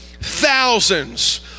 thousands